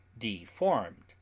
deformed